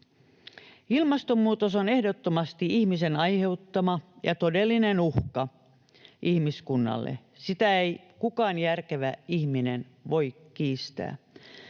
Ilmastonmuutos on ehdottomasti ihmisen aiheuttama ja todellinen uhka ihmiskunnalle. Sitä ei kukaan järkevä ihminen voi kiistää.